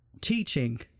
teaching